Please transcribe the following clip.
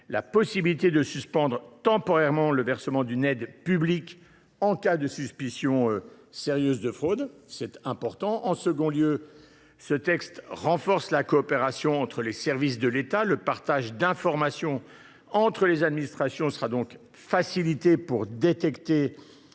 la possibilité de suspendre temporairement le versement d’une aide publique en cas de suspicion sérieuse de fraude. En second lieu, il renforce la coopération entre les services de l’État et facilite le partage d’informations entre les administrations afin de mieux détecter